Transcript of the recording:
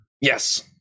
Yes